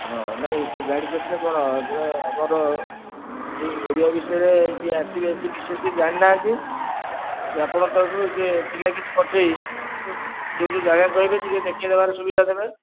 ହଁ ନାଇଁ ସେ ଗାଡ଼ି ସାଥିରେ କ'ଣ ଆମର ଏ ଏରିଆ ବିଷୟରେ ଯିଏ ଆସିବେ ସେ ବିଶେଷ କିଛି ଜାଣିନାହାନ୍ତି ଯେ ଆପଣଙ୍କ ତରଫରୁ ସେ ପିଲା କିଛି ପଠାଇ ଯେଉଁ ଯେଉଁ ଜାଗା କହିବେ ଟିକିଏ ଦେଖାଇଦେବାର ସୁବିଧା ଦେବେ